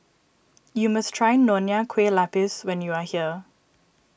you must try Nonya Kueh Lapis when you are here